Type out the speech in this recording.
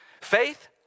Faith